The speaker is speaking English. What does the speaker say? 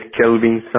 Kelvin